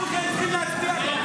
כולכם צריכים להצביע בעד.